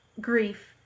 grief